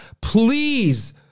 Please